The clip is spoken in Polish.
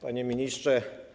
Panie Ministrze!